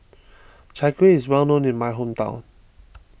Chai Kueh is well known in my hometown